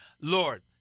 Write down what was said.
Lord